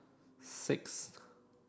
sixth